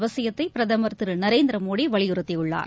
அவசியத்தைபிரதமர் திருநரேந்திரமோடிவலியுறுத்தியுள்ளார்